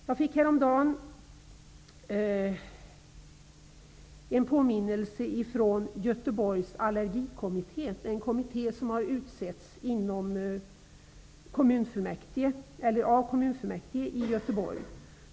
Jag fick häromdagen en påminnelse från Göteborgs allergikommitté, en kommitté som har utsetts av kommunfullmäktige i Göteborg.